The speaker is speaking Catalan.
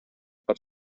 per